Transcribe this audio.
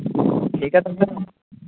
ᱴᱷᱤᱠ ᱜᱮᱭᱟ ᱛᱟᱦᱚᱞᱮ